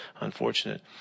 unfortunate